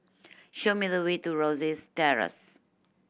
show me the way to Rosyth Terrace